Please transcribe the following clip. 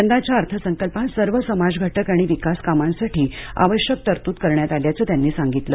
यदाच्या अर्थसंकल्पात सर्व समाजघटक आणि विकास कामांसाठी आवश्यक तरतूद करण्यात आल्याचं त्यांनी सांगितलं